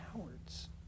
cowards